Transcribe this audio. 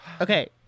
Okay